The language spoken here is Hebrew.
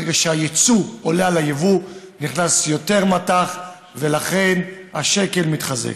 ברגע שהיצוא עולה על היבוא נכנס יותר מט"ח ולכן השקל מתחזק.